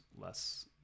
less